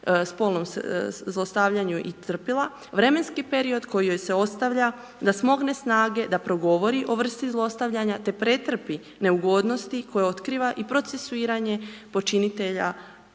spolnom zlostavljanju i trpjela vremenski period koji joj se ostavlja da smogne snage, da progovori o vrsti zlostavljanja te pretrpi neugodnosti koje otkriva i procesuiranje počinitelja